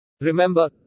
Remember